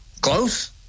Close